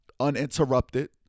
uninterrupted